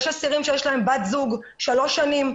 יש אסירים שיש להם בת זוג שלוש שנים,